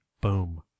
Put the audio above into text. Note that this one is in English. boom